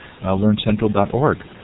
learncentral.org